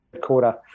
quarter